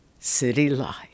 citylife